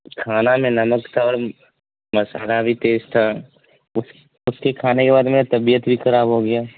کھانا میں نمک تھا اور مسالہ بھی تیز تھا اس اس کے کھانے کے بعد میں طبیعت بھی کھراب ہو گیا